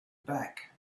back